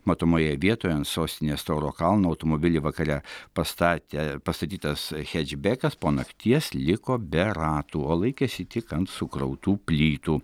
matomoje vietoje ant sostinės tauro kalno automobilį vakare pastatė pastatytas hedžbekas po nakties liko be ratų o laikėsi tik ant sukrautų plytų